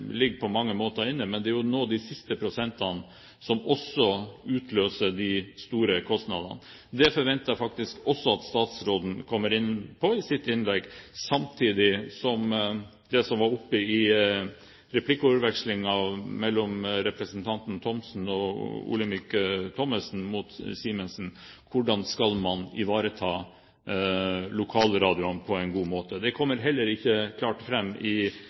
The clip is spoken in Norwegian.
det å nå de siste prosentene som utløser de store kostnadene. Det forventer jeg faktisk også at statsråden kommer inn på i sitt innlegg. Det som Ib Thomsen og Olemic Thommessen tok opp i replikkordvekslingen med Simensen, om hvordan man skal ivareta lokalradioene på en god måte, kommer heller ikke klart fram i